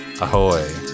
ahoy